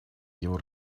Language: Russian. его